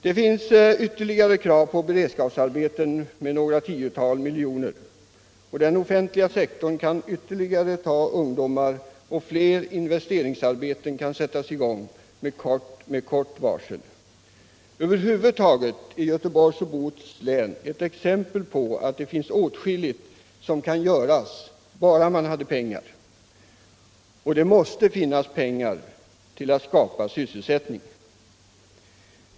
Det finns ytterligare krav på beredskapsarbeten i O-län omfattande några tiotal miljoner. Den offentliga sektorn kan ta in ytterligare ungdomar, och fler investeringsarbeten kan sättas i gång med kort varsel. Över huvud taget är Göteborgs och Bohus län ett exempel på att det finns åtskilligt som kan göras, om man bara hade pengar. Och det måste finnas pengar till att skapa sysselsättning.